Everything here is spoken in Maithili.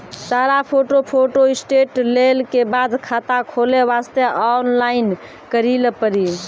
सारा फोटो फोटोस्टेट लेल के बाद खाता खोले वास्ते ऑनलाइन करिल पड़ी?